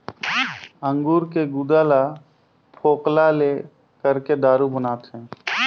अंगूर के गुदा ल फोकला ले करके दारू बनाथे